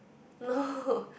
no